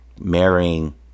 marrying